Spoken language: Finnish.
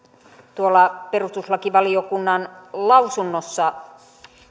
perustuslakivaliokunnan lausunnossa